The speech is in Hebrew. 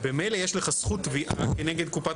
וממילא יש לך זכות תביעה כנגד קופת